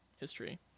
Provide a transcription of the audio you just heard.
history